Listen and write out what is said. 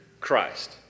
Christ